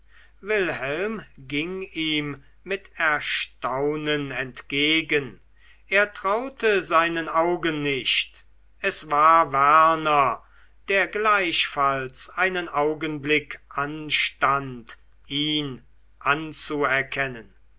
wilhelm ging ihm mit erstaunen entgegen er traute seinen augen nicht es war werner der gleichfalls einen augenblick anstand ihn anzuerkennen